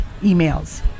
emails